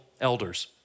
elders